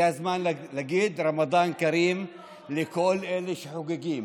זה הזמן להגיד רמדאן כרים לכל אלה שחוגגים.